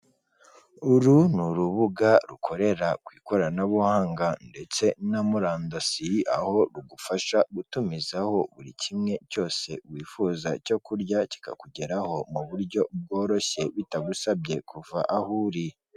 Uru ni urubuga rukorera ku ikoranabuhanga ndetse na murandasi aho rugufasha gutumizaho buri kimwe cyose wifuza cyo kurya kikakugeraho mu buryo bworoshye bitagusabye kuva aho uri.